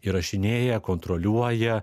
įrašinėja kontroliuoja